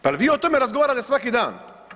Pa jel vi o tome razgovarate svaki dan?